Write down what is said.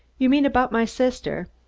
you mean about my sister?